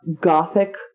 gothic